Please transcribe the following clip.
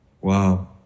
Wow